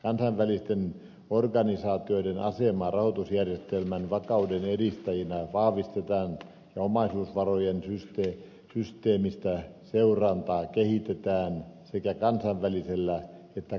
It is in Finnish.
kansainvälisten organisaatioiden asemaa rahoitusjärjestelmän vakauden edistäjinä vahvistetaan ja omaisuusvarojen systeemistä seurantaa kehitetään sekä kansainvälisellä että kansallisella tasolla